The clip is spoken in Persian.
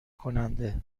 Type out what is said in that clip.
کننده